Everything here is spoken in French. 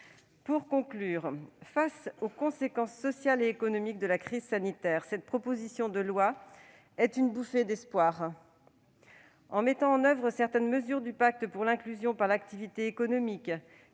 Pour conclure, face aux conséquences sociales et économiques de la crise sanitaire, cette proposition de loi est une bouffée d'espoir. En mettant en oeuvre certaines mesures du pacte d'ambition pour l'insertion par l'activité économique